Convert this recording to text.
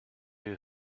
you